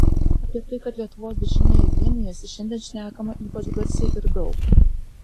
apie tai kad lietuvos dešinieji vienijasi šiandien šnekama ypač garsiai ir daug